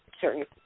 certain